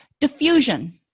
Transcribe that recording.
Diffusion